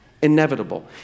inevitable